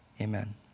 Amen